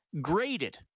graded